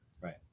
Right